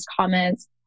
comments